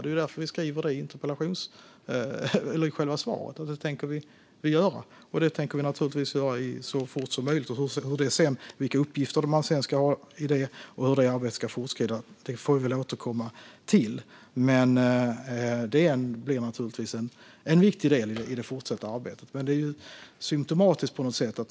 Det är därför vi skriver det i själva interpellationssvaret. Detta tänker vi göra, och det tänker vi naturligtvis göra så fort som möjligt. Vilka uppgifter man sedan ska ha i detta och hur det arbetet ska fortskrida får vi återkomma till. Men det blir naturligtvis en viktig del i det fortsatta arbetet. Men det är på något sätt symtomatiskt.